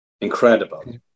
Incredible